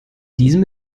diesem